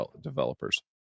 developers